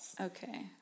Okay